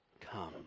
come